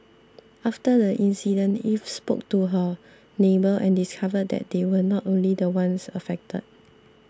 after the incident Eve spoke to her neighbour and discovered that they were not the only ones affected